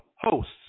hosts